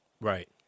Right